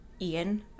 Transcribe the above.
Ian